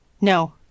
no